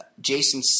Jason